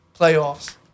playoffs